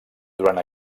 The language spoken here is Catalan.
durant